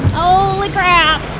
holy crap